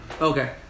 Okay